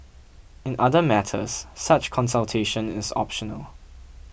in other matters such consultation is optional